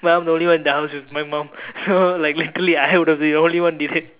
no I'm the only one in the house with my mum so like literally I would have been the only one did it